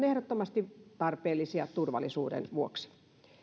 ehdottomasti tarpeellisia turvallisuuden vuoksi